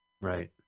Right